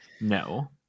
No